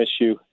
issue